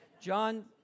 John